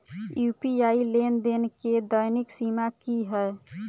UPI लेनदेन केँ दैनिक सीमा की है?